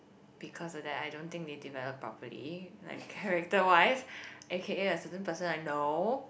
because of that I don't think they develop properly like character wife A_K_A and certain person I know